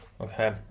Okay